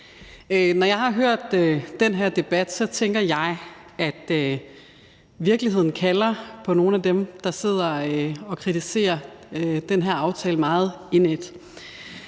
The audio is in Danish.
Når jeg har hørt den her debat, tænker jeg, at virkeligheden kalder på nogle af dem, der sidder og kritiserer den her aftale meget indædt.